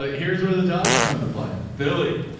ah here's where the dogs come to play philly.